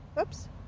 Oops